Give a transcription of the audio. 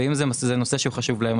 ואם זה נושא שחשוב להם,